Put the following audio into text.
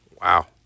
Wow